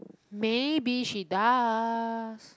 maybe she does